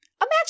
Imagine